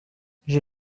j’ai